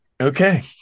Okay